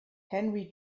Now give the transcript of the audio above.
henry